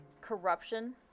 corruption